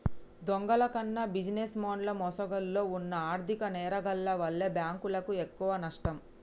దొంగల కన్నా బిజినెస్ మెన్ల ముసుగులో వున్న ఆర్ధిక నేరగాల్ల వల్లే బ్యేంకులకు ఎక్కువనష్టం